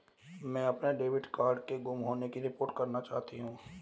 मैं अपने debit card के गुम होने की रिपोर्ट करना चाहती हूँ